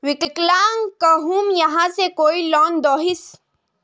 विकलांग कहुम यहाँ से कोई लोन दोहिस?